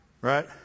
Right